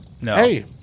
Hey